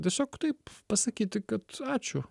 tiesiog taip pasakyti kad ačiū